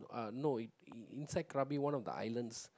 no inside Krabi one of the islands